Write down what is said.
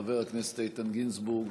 חבר הכנסת איתן גינזבורג,